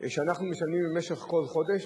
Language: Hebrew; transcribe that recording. שאנחנו משלמים כל חודש.